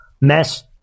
mess